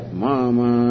mama